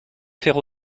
faire